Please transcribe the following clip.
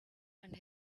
and